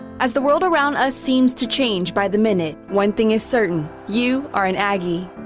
as the world around us seems to change by the minute, one thing is certain. you are an aggie.